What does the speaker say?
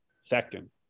second